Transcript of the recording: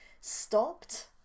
stopped